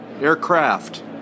aircraft